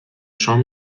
شام